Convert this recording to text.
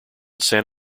san